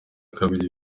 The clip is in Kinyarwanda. kabiri